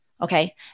Okay